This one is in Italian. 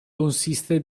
consiste